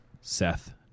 Seth